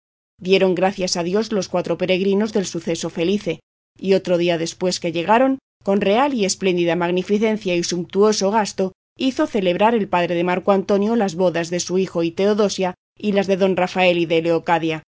dieron gracias a dios los cuatro peregrinos del suceso felice y otro día después que llegaron con real y espléndida magnificencia y sumptuoso gasto hizo celebrar el padre de marco antonio las bodas de su hijo y teodosia y las de don rafael y de